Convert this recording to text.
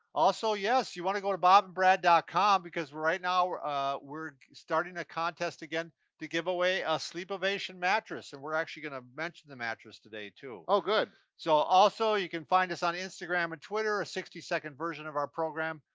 also, yes, you wanna go to bobandbrad dot com because right now we're ah we're starting a contest again to give away a sleepovation mattress. and we're actually gonna mention the mattress today, too. oh, good. so also, you can find us on instagram and twitter, a sixty second version of our program.